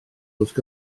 wrth